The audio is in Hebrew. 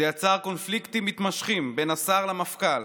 זה יצר קונפליקטים מתמשכים בין השר למפכ"ל,